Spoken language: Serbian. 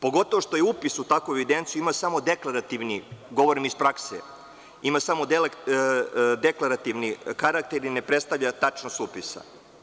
Pogotovo što je upis u takvu evidenciju ima samo deklerativni, govorim iz prakse, ima samo deklarativni karakter i ne predstavlja tačnost upisa.